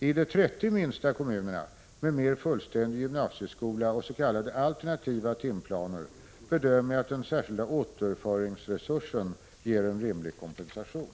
I de 30 minsta kommunerna med mer fullständig gymnasieskola och s.k. alternativa timplaner bedömer jag att den särskilda återföringsresursen ger en rimlig kompensation.